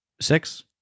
Six